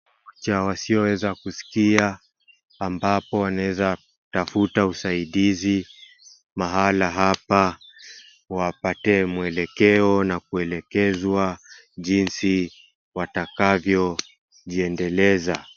Kituo cha wasio weza kuskia ambapo wanaweza kutafuta usaidizi mahala hapa wapate mwelekeo na kuelekezwa jinsi watakavyo jiendeleza .